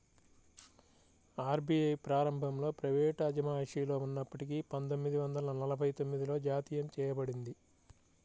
RBI ప్రారంభంలో private అజమాయిషిలో ఉన్నప్పటికీ పందొమ్మిది వందల నలభై తొమ్మిదిలో జాతీయం చేయబడింది